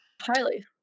highly